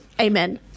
Amen